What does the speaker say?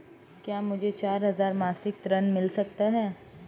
क्या मुझे चार हजार मासिक ऋण मिल सकता है?